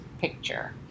picture